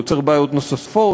הוא יוצר בעיות נוספות,